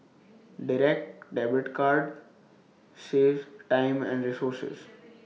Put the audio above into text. Direct Debit card saves time and resources